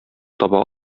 таба